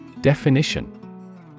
Definition